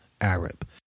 Arab